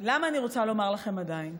למה אני רוצה לומר לכם "עדיין"?